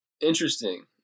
Interesting